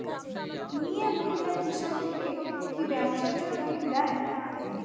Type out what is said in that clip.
মিয়ে মহিলা কিষান থেকে কি ব্যবসার জন্য ঋন দেয়?